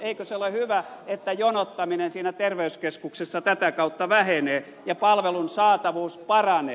eikö se ole hyvä että jonottaminen terveyskeskuksissa tätä kautta vähenee ja palvelun saatavuus paranee